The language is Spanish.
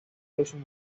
rusos